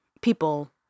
people